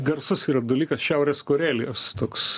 garsus yra dalykas šiaurės korelijos toks